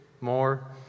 More